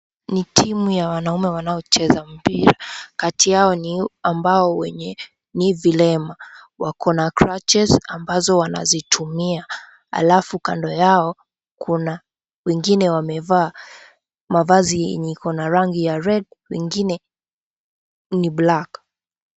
Ni timu ya wanaume wanaocheza mpira kati yao ni ambao wenye ni vilema wako na crutches ambazo wanazitumia alafu kando yao kuna wengine wamevaa mavazi yenye iko na rangi ya red wengine ni black .